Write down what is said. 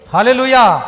Hallelujah